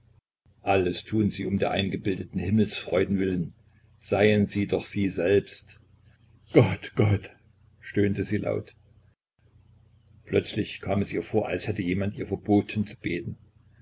alles tun sie um der eingebildeten himmelsfreuden willen seien sie doch sie selbst gott gott stöhnte sie laut plötzlich kam es ihr vor als hätte jemand ihr verboten zu beten